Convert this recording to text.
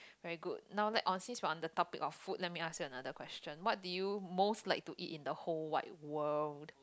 very good now let on since we're on the topic of food let me ask you another question what do you most like to eat in the whole wide world